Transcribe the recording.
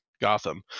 Gotham